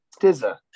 Stizza